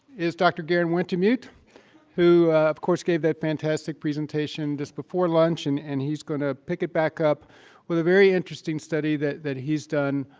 is dr. garen wintemute who, of course, gave that fantastic presentation just before lunch. and and he's going to pick it back up with a very interesting study that that he's done